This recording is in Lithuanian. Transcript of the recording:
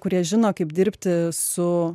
kurie žino kaip dirbti su